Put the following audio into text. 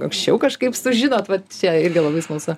anksčiau kažkaip sužinot vat čia irgi labai smalsu